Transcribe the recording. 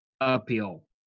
appeal